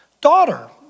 daughter